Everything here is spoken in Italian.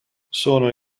sono